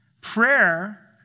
Prayer